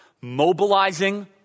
Mobilizing